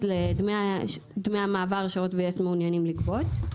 לדמי המעבר שהוט ויס מעוניינים לגבות.